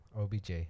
OBJ